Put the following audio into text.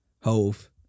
hove